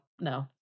no